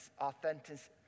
authenticity